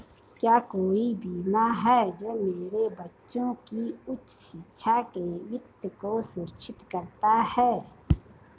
क्या कोई बीमा है जो मेरे बच्चों की उच्च शिक्षा के वित्त को सुरक्षित करता है?